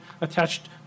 attached